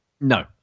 No